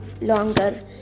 longer